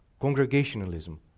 congregationalism